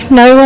no